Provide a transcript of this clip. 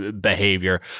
behavior